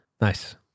Nice